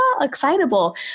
excitable